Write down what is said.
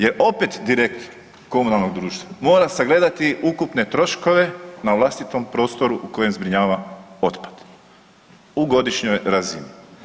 Jer opet direktor komunalnog društva mora sagledati ukupne troškove na vlastitom prostoru u kojem zbrinjava otpad u godišnjoj razini.